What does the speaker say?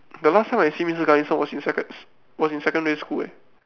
the last time I see mister Ganesan it was in sec~ was in secondary school eh